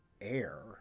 air